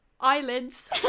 eyelids